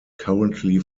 currently